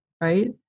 right